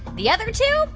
the other two?